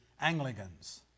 Anglicans